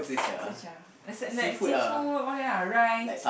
Zi-char as in like seafood all that ah rice